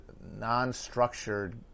non-structured